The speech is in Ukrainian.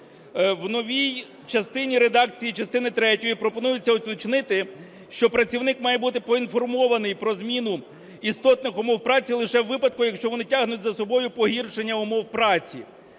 В новій частині редакції частини третьої пропонується уточнити, що працівник має бути поінформований про зміну істотних умов праці лише у випадку, якщо вони тягнуть за собою погіршення умов праці.